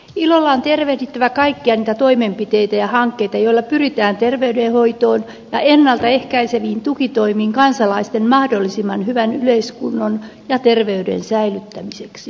ilolla on tervehdittävä kaikkia niitä toimenpiteitä ja hankkeita joilla pyritään terveydenhoitoon ja ennalta ehkäiseviin tukitoimiin kansalaisten mahdollisimman hyvän yleiskunnon ja terveyden säilyttämiseksi